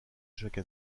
chaque